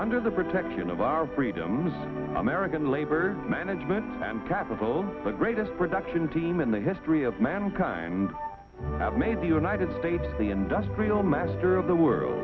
under the protection of our freedoms american labor management and capital the greatest production team in the history of mankind have made the united states the industrial master of the world